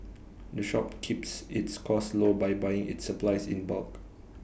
the shop keeps its costs low by buying its supplies in bulk